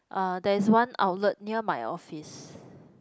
uh there is one outlet near my office